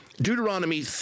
Deuteronomy